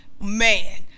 man